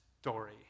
story